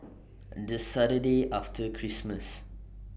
The Saturday after Christmas